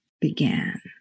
began